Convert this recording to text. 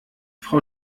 frau